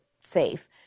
safe